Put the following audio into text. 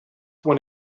when